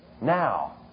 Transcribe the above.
now